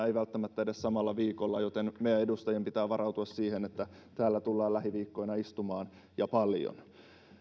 ei välttämättä edes samalle viikolle joten meidän edustajien pitää varautua siihen että täällä tullaan lähiviikkoina istumaan ja paljon